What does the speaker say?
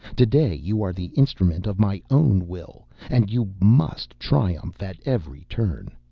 to-day you are the instrument of my own will and you must triumph at every turn.